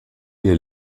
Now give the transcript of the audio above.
ihr